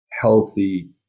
healthy